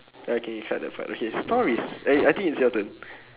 okay cut that part okay stories eh I think is your turn